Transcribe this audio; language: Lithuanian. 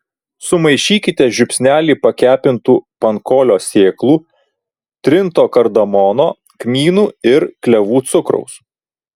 sumaišykite žiupsnelį pakepintų pankolio sėklų trinto kardamono kmynų ir klevų cukraus